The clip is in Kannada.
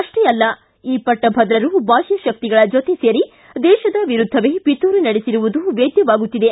ಅಷ್ಟೇ ಅಲ್ಲ ಈ ಪಟ್ಟಭದ್ರರು ಬಾಹ್ಯ ಶಕ್ತಿಗಳ ಜೊತೆ ಸೇರಿ ದೇಶದ ವಿರುದ್ದವೇ ಪಿತೂರಿ ನಡೆಸಿರುವುದೂ ವೇದ್ದವಾಗುತ್ತಿದೆ